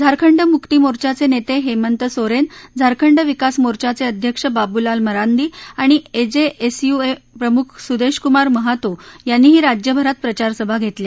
झारखंड मुक्ती मोर्चाचे नेते हेमंत सोरेन झारखंड विकास मोर्चाचे अध्यक्ष बाबुलाल मरांदी आणि ए जे एस यू प्रमुख सुदेश कुमार महातो यांनीही राज्यभरात प्रचारसभेत घेतल्या